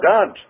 God